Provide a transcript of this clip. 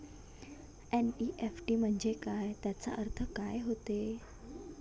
NEFT म्हंजे काय, त्याचा अर्थ काय होते?